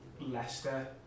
Leicester